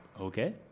Okay